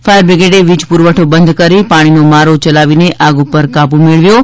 ફાયરબ્રિગેડે વીજ પુરવઠો બંધ કરી પાણીનો મારો ચલાવીને આગ ઉપર કાબુ મેળવ્યો હતો